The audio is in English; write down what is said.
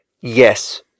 Yes